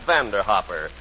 Vanderhopper